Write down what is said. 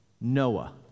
Noah